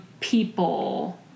People